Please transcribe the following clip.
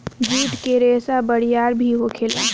जुट के रेसा बरियार भी होखेला